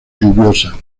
lluviosa